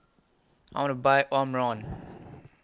I want to Buy Omron